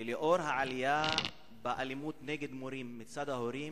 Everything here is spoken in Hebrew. בגלל העלייה באלימות נגד מורים מצד ההורים,